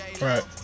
Right